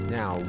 now